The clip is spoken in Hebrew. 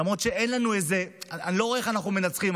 למרות שאני לא רואה איך אנחנו מנצחים,